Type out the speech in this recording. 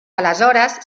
aleshores